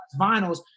vinyls